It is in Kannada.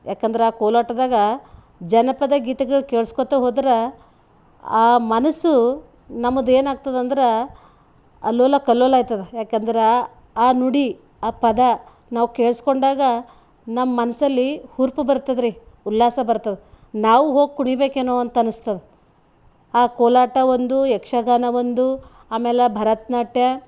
ಯಾಕಂದ್ರೆ ಆ ಕೋಲಾಟದಾಗ ಜನಪದ ಗೀತೆಗಳು ಕೇಳ್ಸ್ಕೊತಾ ಹೋದ್ರೆ ಆ ಮನಸ್ಸು ನಮ್ಮದು ಏನಾಗ್ತದಂದ್ರೆ ಅಲ್ಲೋಲ ಕಲ್ಲೋಲ ಆಯ್ತದೆ ಯಾಕಂದ್ರೆ ಆ ನುಡಿ ಆ ಪದ ನಾವು ಕೇಳ್ಸ್ಕೊಂಡಾಗ ನಮ್ಮ ಮನಸ್ಸಲ್ಲಿ ಹುರುಪು ಬರ್ತದ್ರಿ ಉಲ್ಲಾಸ ಬರ್ತದೆ ನಾವೂ ಹೋಗಿ ಕುಣಿಬೇಕೇನೋ ಅಂತನಸ್ತದೆ ಆ ಕೋಲಾಟ ಒಂದು ಯಕ್ಷಗಾನ ಒಂದು ಆಮೇಲೆ ಭರತನಾಟ್ಯ